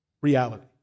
reality